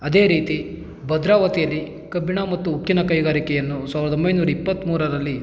ಅದೆ ರೀತಿ ಭದ್ರಾವತಿಯಲ್ಲಿ ಕಬ್ಬಿಣ ಮತ್ತು ಉಕ್ಕಿನ ಕೈಗಾರಿಕೆಯನ್ನು ಸಾವಿರದ ಒಂಬೈನೂರ ಇಪ್ಪತ್ತ್ಮೂರರಲ್ಲಿ